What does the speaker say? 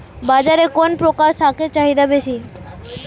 বাজারে কোন প্রকার শাকের চাহিদা বেশী?